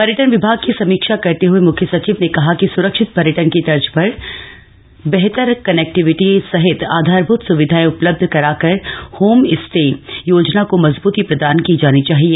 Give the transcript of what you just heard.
पर्यटन विभाग की समीक्षा करते हए मुख्य सचिव ने कहा कि सुरक्षित पर्यटन की तर्ज पर बेहतर कनेक्टिविटी सहित आधारभूत सुविधाएं उपलब्ध कराकर होम स्टे योजना को मजबूती प्रदान की जानी चाहिए